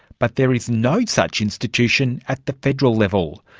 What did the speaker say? but there is no such institution at the federal level.